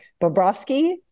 Bobrovsky